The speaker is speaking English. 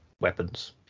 weapons